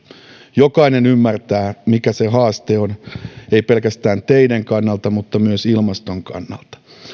jokainen ymmärtää mikä se haaste on ei pelkästään teiden kannalta mutta myös ilmaston kannalta